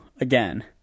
again